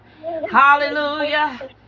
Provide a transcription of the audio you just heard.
Hallelujah